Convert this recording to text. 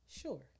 sure